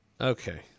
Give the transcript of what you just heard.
Okay